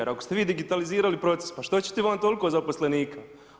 Jer ako ste vi digitalizirali proces pa što ćete imati toliko zaposlenika?